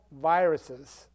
viruses